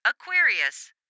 Aquarius